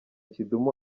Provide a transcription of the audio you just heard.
kidum